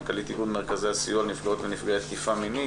מנכ"לית איגוד מרכזי הסיוע לנפגעות ונפגעי תקיפה מינית.